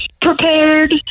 prepared